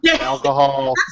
Alcohol